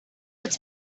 its